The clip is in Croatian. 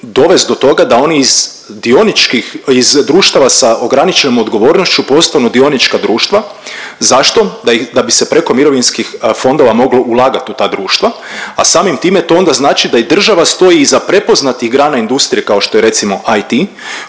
dovest do toga da oni iz dioničkih iz društava sa ograničenom odgovornošću postanu dionička društva. Zašto? Da bi se preko mirovinskih fondova moglo ulagati u ta društva, a samim time to onda znači da i država stoji iza prepoznati grana industrije kao što je recimo IT